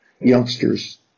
youngsters